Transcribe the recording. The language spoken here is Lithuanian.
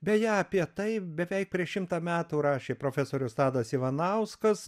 beje apie tai beveik prieš šimtą metų rašė profesorius tadas ivanauskas